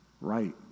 right